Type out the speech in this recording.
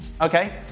Okay